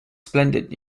splendid